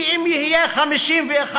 כי אם יהיה 51%,